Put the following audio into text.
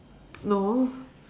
no